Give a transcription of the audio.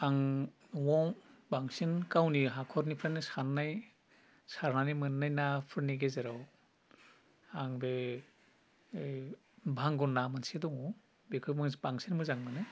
आं न'आव बांसिन गावनि हाख'रनिफ्रायनो सारनाय सारनानै मोन्नाय नाफोरनि गेजेराव आं बे बांगर ना मोनसे दङ बेखौ मो बांसिन मोजां मोनो